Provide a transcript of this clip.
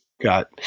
got